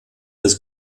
des